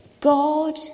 God